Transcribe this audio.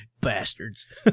Bastards